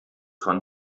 von